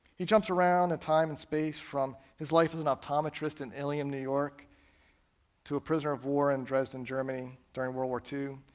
he jumps around in time and space from his life as an optometrist in alien new york to a prisoner of war in dresden, germany during world war two,